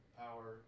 power